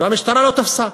והמשטרה לא תפסה,